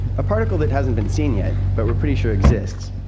a particle that hasn't been seen yet, but we're pretty sure exists,